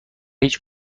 هیچ